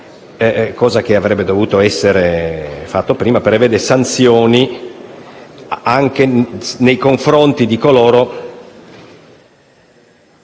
cosa che avrebbe dovuto essere fatta prima - sanzioni anche nei confronti di coloro